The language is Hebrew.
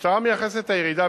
המשטרה מייחסת את הירידה,